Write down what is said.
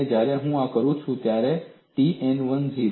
અને જ્યારે હું આ કરું છું ત્યારે T n 1 0